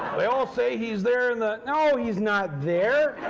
they all say he's there in the no, he's not there!